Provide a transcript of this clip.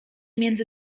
między